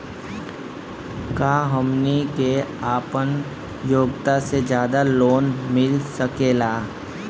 का हमनी के आपन योग्यता से ज्यादा लोन मिल सकेला?